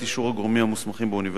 אישור הגורמים המוסמכים באוניברסיטה,